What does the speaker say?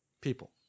people